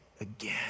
again